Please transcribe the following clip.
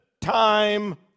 time